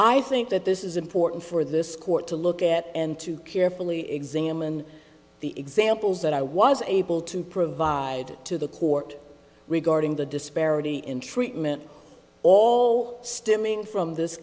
i think that this is important for this court to look at and to carefully examine the examples that i was able to provide to the court regarding the disparity in treatment all stemming from this